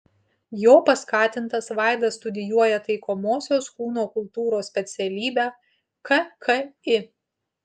jo paskatintas vaidas studijuoja taikomosios kūno kultūros specialybę kki